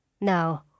No